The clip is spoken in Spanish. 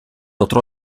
otro